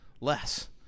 less